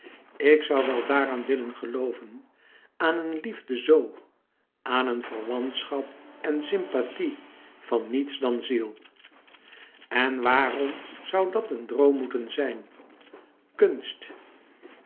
ik zoû wel daaraan willen gelooven aan een liefde zoo aan een verwantschap en sympathie van niets dan ziel louis couperus metamorfoze en waarom zoû dat een droom moeten zijn kunst